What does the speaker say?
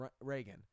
Reagan